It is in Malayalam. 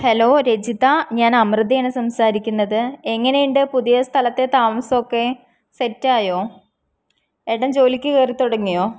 ഹലോ രജിത ഞാൻ അമൃതയാണ് സംസാരിക്കുന്നത് എങ്ങനെയുണ്ട് പുതിയ സ്ഥലത്തെ താമസമൊക്കെ സെറ്റായോ എട്ടന് ജോലിക്ക് കയറിത്തുടങ്ങിയോ